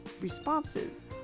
responses